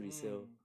mm